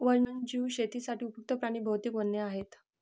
वन्यजीव शेतीसाठी उपयुक्त्त प्राणी बहुतेक वन्य आहेत